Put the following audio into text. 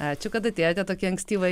ačiū kad atėjote tokį ankstyvą